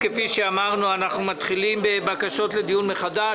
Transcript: כפי שאמרנו אנחנו מתחילים בבקשות לדיון מחדש.